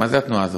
מה התנועה הזאת?